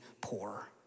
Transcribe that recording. poor